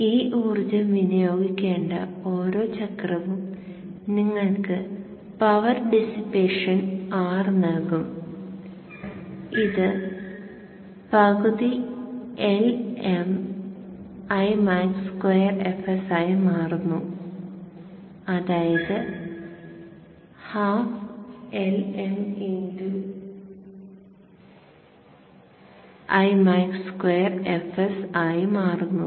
ഈ ഊർജ്ജം വിനിയോഗിക്കേണ്ട ഓരോ ചക്രവും നിങ്ങൾക്ക് പവർ ഡിസിപ്പേഷൻ R നൽകും ഇത് പകുതി Lm Imax2 fs ആയി മാറുന്നു